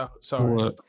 sorry